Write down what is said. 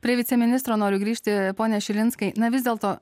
prie viceministro noriu grįžti pone šilinskai na vis dėlto